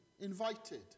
invited